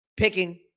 picking